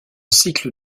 cycle